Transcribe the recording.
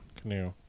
Canoe